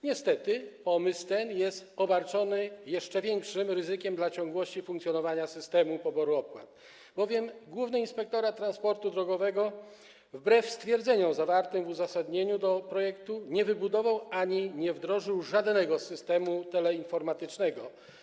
Niestety pomysł ten jest obarczony jeszcze większym ryzykiem dla ciągłości funkcjonowania systemu poboru opłat, bowiem Główny Inspektorat Transportu Drogowego, wbrew stwierdzeniom zawartym w uzasadnieniu projektu, nie wybudował ani nie wdrożył żadnego systemu teleinformatycznego.